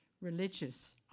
religious